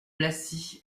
blacy